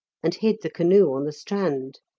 and hid the canoe on the strand.